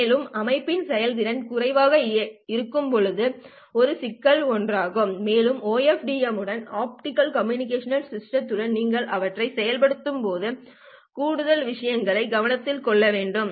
மேலும் அமைப்பின் செயல்திறன் குறைவாக இருக்கும் எனவே இது சிக்கல்களில் ஒன்றாகும் மேலும் OFDM உடன் ஆப்டிகல் கம்யூனிகேஷன் சிஸ்டத்துடன் நீங்கள் அவற்றை செயல்படுத்தும்போது கூடுதல் விஷயங்களை கவனத்தில் கொள்ள வேண்டும்